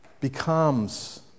becomes